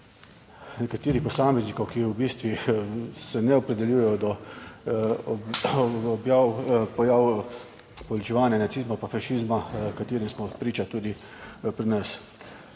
nekaterih posameznikov, ki v bistvu se ne opredeljujejo do objav povečevanja nacizma, fašizma, katerim smo priča tudi pri nas.